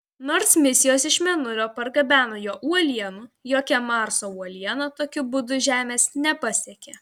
nors misijos iš mėnulio pargabeno jo uolienų jokia marso uoliena tokiu būdu žemės nepasiekė